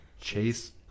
Chase